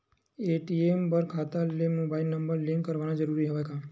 ATM बर खाता ले मुबाइल नम्बर लिंक करवाना ज़रूरी हवय का?